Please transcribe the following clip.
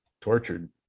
tortured